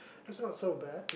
that's not so bad